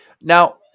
now